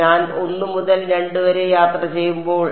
ഞാൻ 1 മുതൽ 2 വരെ യാത്ര ചെയ്യുമ്പോൾ